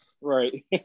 Right